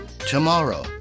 tomorrow